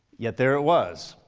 yet there it was,